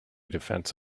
defense